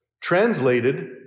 Translated